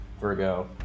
Virgo